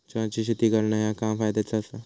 चहाची शेती करणा ह्या काम फायद्याचा आसा